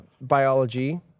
biology